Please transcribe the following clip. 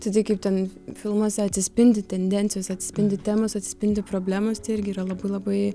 tai kaip ten filmuose atsispindi tendencijos atspindi temos atsispindi problemos tai irgi yra labai labai